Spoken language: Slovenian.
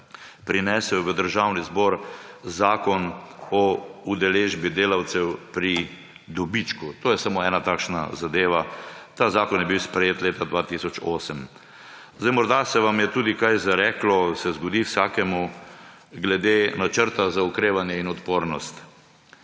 prinesel v Državni zbor zakon o udeležbi delavcev pri dobičku. To je samo ena takšna zadeva. Ta zakon je bil sprejet leta 2008. Morda se vam je tudi kaj zareklo, se zgodi vsakemu, glede načrta za okrevanje in odpornost.